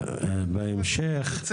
רגע,